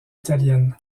italienne